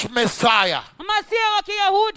messiah